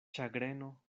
ĉagreno